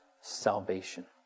salvation